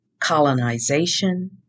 colonization